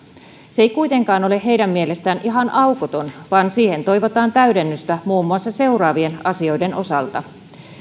se ei kuitenkaan ole heidän mielestään ihan aukoton vaan siihen toivotaan täydennystä muun muassa seuraavien asioiden osalta